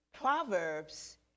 Proverbs